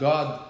God